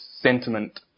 sentiment